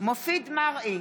מופיד מרעי,